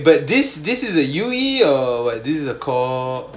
wait but this this is a U_E or what this is a core